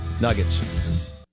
Nuggets